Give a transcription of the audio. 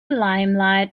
limelight